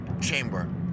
chamber